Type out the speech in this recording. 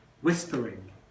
whispering